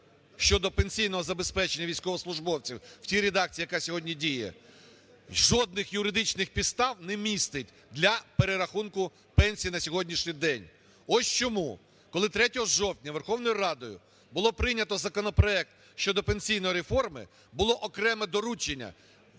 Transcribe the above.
щодо пенсійного забезпечення військовослужбовців в цій редакції, яка сьогодні діє, жодних юридичних підстав не містить для перерахунку пенсій на сьогоднішній день. Ось чому, коли 3 жовтня Верховною Радою було прийнято законопроект щодо пенсійної реформи, було окреме доручення,